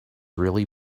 really